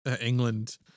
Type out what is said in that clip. England